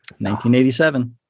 1987